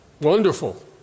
Wonderful